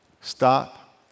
Stop